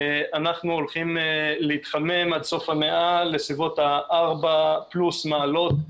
אנחנו הולכים להתחמם עד סוף המאה לסביבות ה-4 פלוס מעלות.